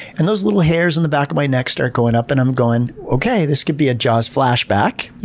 and those little hairs on the back of my neck start going up and i'm going, okay, this could be a jaws flashback,